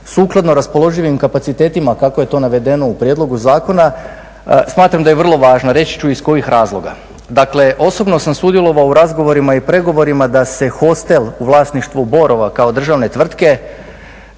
sukladno raspoloživim kapacitetima kako je to navedeno u prijedlogu zakona smatram da je vrlo važna, reći ću i iz kojih razloga. Dakle, osobno sam sudjelovao u razgovorima i pregovorima da se hostel u vlasništvu Borova kao državne tvrtke